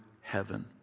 heaven